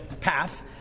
path